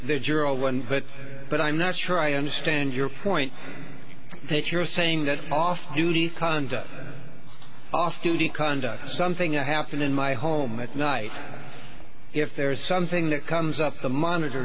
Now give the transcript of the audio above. one but but i'm not sure i understand your point that you're saying that off duty and off duty conduct something to happen in my home at night if there is something that comes up the monitor